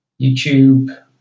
YouTube